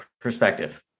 perspective